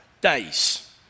days